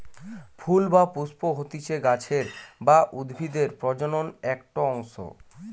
ফুল বা পুস্প হতিছে গাছের বা উদ্ভিদের প্রজনন একটো অংশ